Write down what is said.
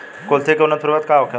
कुलथी के उन्नत प्रभेद का होखेला?